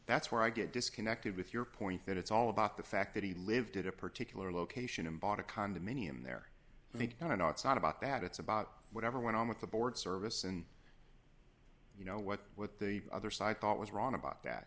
that's where i get disconnected with your point that it's all about the fact that he lived at a particular location and bought a condominium there i don't know it's not about that it's about whatever went on with the board service and you know what what the other side thought was wrong about that